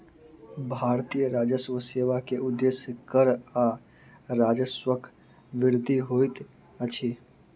भारतीय राजस्व सेवा के उदेश्य कर आ राजस्वक वृद्धि होइत अछि